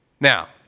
Now